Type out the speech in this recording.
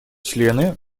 члены